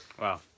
Wow